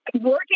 Working